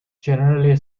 generally